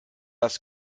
das